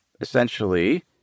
essentially